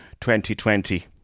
2020